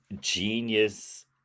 genius